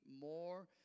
more